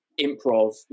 improv